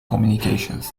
communications